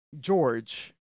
George